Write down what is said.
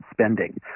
spending